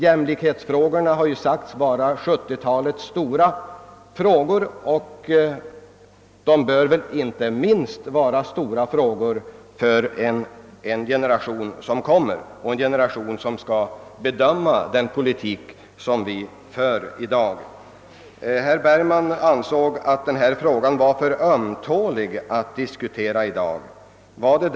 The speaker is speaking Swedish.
"Jämlikhetsfrågorna har sagts vara 1970-talets stora frågor, och de bör inte vara minst viktiga för den nya generation som skall bedöma den politik som vi för i dag. Herr Bergman ansåg att denna fråga var för ömtålig att diskutera i dag.